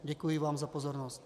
Děkuji vám za pozornost.